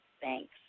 Thanks